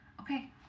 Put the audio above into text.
okay